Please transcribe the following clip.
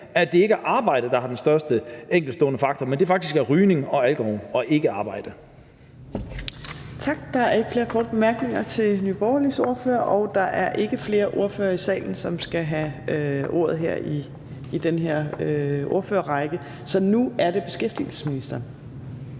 at det ikke er arbejdet, der er den største enkeltstående faktor, men at det faktisk er rygning og alkohol – ikke arbejde. Kl. 14:40 Fjerde næstformand (Trine Torp): Tak. Der er ikke flere korte bemærkninger til Nye Borgerliges ordfører, og der er ikke flere ordførere i salen, som skal have ordet her i ordførerrækken, så nu er det beskæftigelsesministeren.